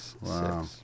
Wow